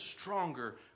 stronger